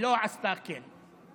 ולא עשתה כן.